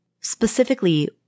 specifically